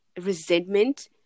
resentment